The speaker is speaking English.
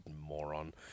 moron